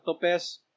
Tope's